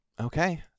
Okay